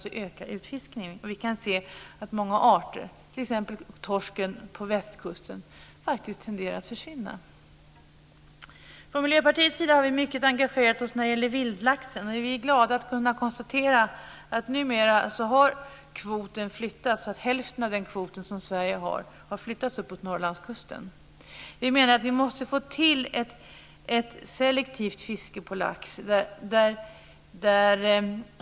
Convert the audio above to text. Vi kan se att många arter, t.ex. torsken på västkusten, faktiskt tenderar att försvinna. Från Miljöpartiets sida har vi engagerat oss mycket när det gäller vildlaxen. Vi är glada att kunna konstatera att kvoten numera har flyttats. Hälften av den kvot som Sverige fått har flyttats uppåt Norrlandskusten. Vi menar att vi måste få till ett selektivt fiske på lax.